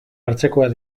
hartzekoak